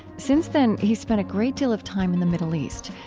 since then, he's spent a great deal of time in the middle east,